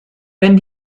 wenn